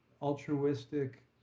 altruistic